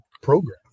program